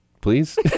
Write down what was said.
Please